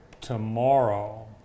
tomorrow